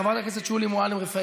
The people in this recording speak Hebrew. חברת הכנסת שולי מועלם-רפאלי,